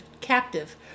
captive